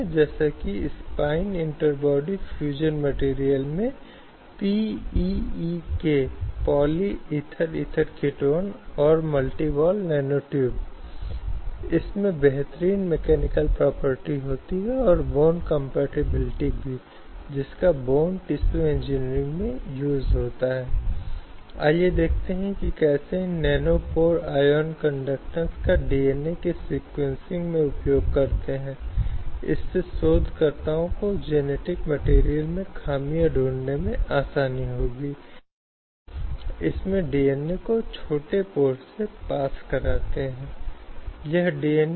संदर्भसमय देखें 2228 पूरी तरह से व्यवहार और व्यक्तिगत कृत्य परिभाषा के दायरे में आ सकते हैं या यौन उत्पीड़न के अर्थ ये व्यवहार के प्रकार के कुछ उदाहरण हैं जो इस तरह के कृत्य के लिए अर्हता प्राप्त कर सकते हैं एक महिला पर छूना ब्रश करना शरीर अश्लील तस्वीरें या कार्टून दिखाना यौन एहसान के लिए अश्लील गाने गाना महिला के निजी जीवन के बारे में यौन कृत्य करने से इंकार करने पर धमकी देना इत्यादि उनके लिए और भी कई ऐसे लोग हो सकते हैं जिनके बारे में सोचा जा सकता है लेकिन आम तौर पर ये हैं यौन उत्पीड़न शब्द के लिए पात्र होने वाले कार्य या गतिविधियाँ